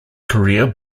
career